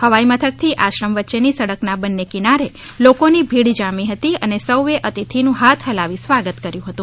હવાઈ મથક થી આશ્રમ વચ્ચે ની સડક ના બંને કિનારે લોકો ની ભીડ જામી જતી અને સૌ એ અતિથિ નું હાથ હલાવી સ્વાગત કર્યું હતું